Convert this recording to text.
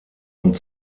und